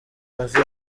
bave